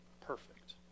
perfect